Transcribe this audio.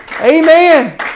amen